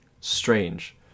strange